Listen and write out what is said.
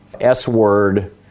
S-Word